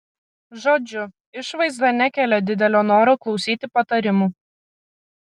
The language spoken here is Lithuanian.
žodžiu išvaizda nekelia didelio noro klausyti patarimų